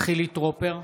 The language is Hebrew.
חילי טרופר,